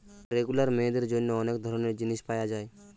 regular মেয়েদের জন্যে অনেক ধরণের জিনিস পায়া যায়